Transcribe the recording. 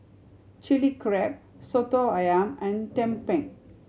Chilli Crab Soto Ayam and tumpeng